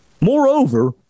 Moreover